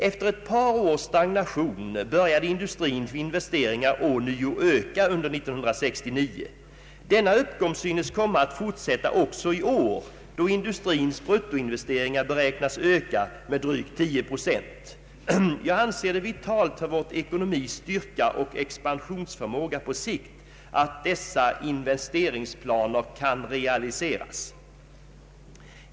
Efter ett par års stagnation började industrins investeringar ånyo öka under 1969. Denna uppgång synes komma att fortsätta också i år, då industrins bruttoinvesteringar beräknas öka med drygt 10 9. Jag anser det vitalt för vår ekonomis styrka och expansionsförmåga på sikt att dessa investeringsplaner kan realiseras.